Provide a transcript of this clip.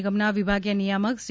નિગમના વિભાગીય નિયામક સી